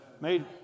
made